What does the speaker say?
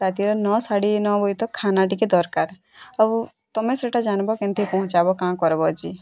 ରାତିର ନଅ ସାଢ଼େ ନଅ ବଏତକ ଖାନା ଟିକେ ଦରକାର୍ ଆଉ ତମେ ସେଟା ଜାନ୍ବ କେମିତି ପହଞ୍ଚାବ କା କର୍ବ ଯେ